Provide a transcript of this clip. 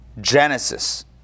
Genesis